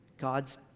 God's